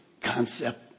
concept